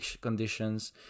conditions